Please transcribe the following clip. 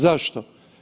Zašto?